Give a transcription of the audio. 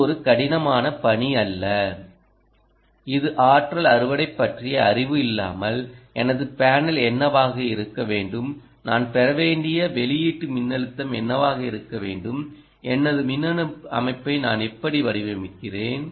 இது ஒரு கடினமான பணி அல்ல இது ஆற்றல் அறுவடை பற்றிய அறிவு இல்லாமல் எனது பேனல் என்னவாக இருக்க வேண்டும் நான் பெற வேண்டிய வெளியீட்டு மின்னழுத்தம் என்னவாக இருக்க வேண்டும் எனது மின்னணு அமைப்பை நான் எப்படி வடிவமைக்கிறேன்